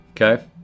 okay